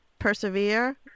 persevere